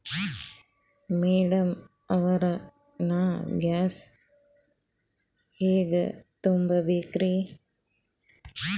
Madam ಅವ್ರ, ನಾ gas bill ಹೆಂಗ ತುಂಬಾ ಬೇಕ್ರಿ?